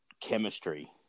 chemistry